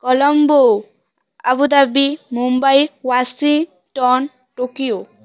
Colombo Abu Dhabi Mumbai Washington Tokyo